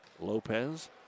Lopez